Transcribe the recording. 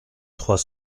trois